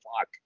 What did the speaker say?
fuck